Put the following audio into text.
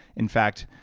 in fact,